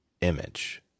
image